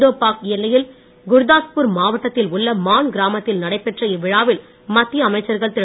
இந்தோ பாக் எல்லையில் குர்தாஸ்பூர் மாவட்டத்தில் உள்ள மான் கிராமத்தில் நடைபெற்ற இவ்விழாவில் மத்திய அமைச்சர்கள் திரு